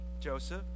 Joseph